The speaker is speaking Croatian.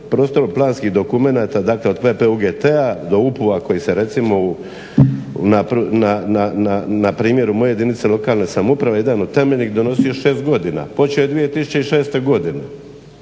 prostorno-planskih dokumenata dakle od … /Govornik se ne razumije./… koji se recimo na primjeru moje jedinice lokalne samouprave jedan od temeljnih donosio 6 godina, počeo je 2006. godine.